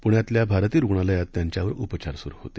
पुण्यातल्या भारती रुग्णालयात त्यांच्यावर उपचार सुरु होते